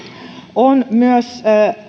on myös